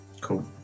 cool